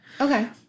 Okay